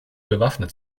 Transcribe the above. bewaffnet